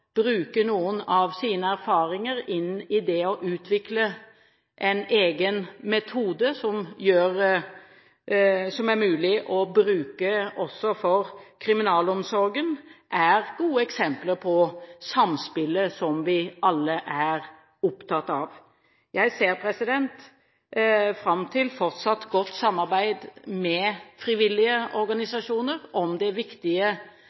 bruke noen av sine erfaringer i det å utvikle en egen metode, som er mulig å bruke også for kriminalomsorgen, er gode eksempler på samspillet som vi alle er opptatt av. Jeg ser fram til fortsatt godt samarbeid med frivillige organisasjoner om det viktige